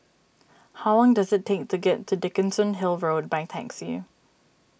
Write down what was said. how does it take to get to Dickenson Hill Road by taxi